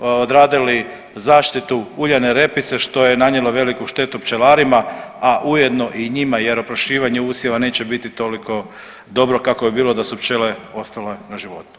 odradili zaštitu uljane repice što je nanijelo veliku štetu pčelarima, a ujedno i njima jer oprašivanje usjeva neće biti toliko dobro kako bi bilo da su pčele ostale na životu.